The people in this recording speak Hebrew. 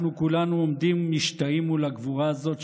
אנחנו כולנו עומדים ומשתאים מול הגבורה הזאת,